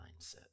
mindset